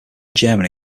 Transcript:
germany